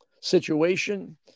situation